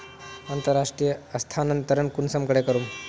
अंतर्राष्टीय स्थानंतरण कुंसम करे करूम?